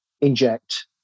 inject